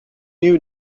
you